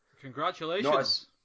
Congratulations